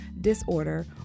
disorder